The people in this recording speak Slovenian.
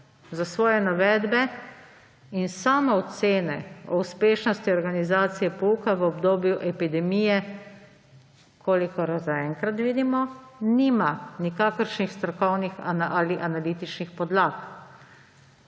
za svoje navedbe in samoocene o uspešnosti organizacije pouka v obdobju epidemije, kolikor zaenkrat vidimo, nima nikakršnih strokovnih analitičnih podlag.